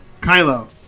Kylo